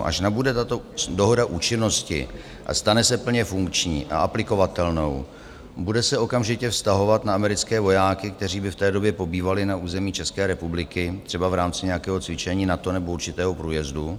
Až nabude tato dohoda účinnosti a stane se plně funkční a aplikovatelnou, bude se okamžitě vztahovat na americké vojáky, kteří by v té době pobývali na území České republiky třeba v rámci nějakého cvičení NATO nebo určitého průjezdu?